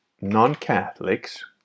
non-Catholics